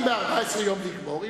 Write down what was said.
אם ב-14 יום נגמור,